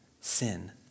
sin